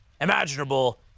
imaginable